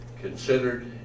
considered